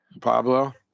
Pablo